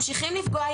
ממשיכים לפגוע.